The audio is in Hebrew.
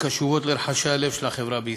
וקשובות לרחשי הלב של החברה בישראל.